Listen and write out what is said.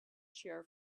chair